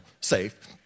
safe